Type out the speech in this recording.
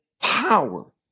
power